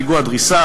פיגוע דקירה,